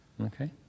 Okay